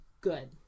good